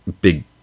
big